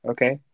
Okay